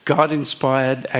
God-inspired